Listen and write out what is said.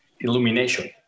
illumination